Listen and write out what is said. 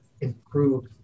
improve